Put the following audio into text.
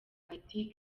ati